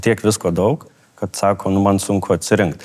tiek visko daug kad sako nu man sunku atsirinkt